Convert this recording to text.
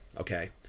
okay